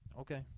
Okay